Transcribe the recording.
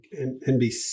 NBC